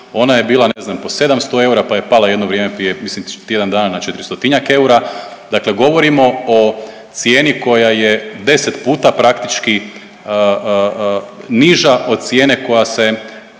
Ona je bila, ne znam po 700 eura, pa je pala jedno vrijeme prije mislim tjedan dana na četristotinjak eura. Dakle, govorimo o cijeni koja je 10 puta praktički niža od cijene koja se